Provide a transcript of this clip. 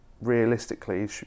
realistically